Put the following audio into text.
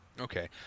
Okay